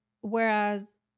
whereas